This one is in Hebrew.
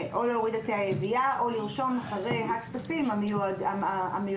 להוריד את ה' הידיעה או לרשום: "הכספים המיועדים",